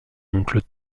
oncle